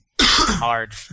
hard